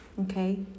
Okay